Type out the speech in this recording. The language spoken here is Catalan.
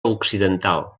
occidental